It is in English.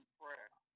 prayer